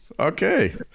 Okay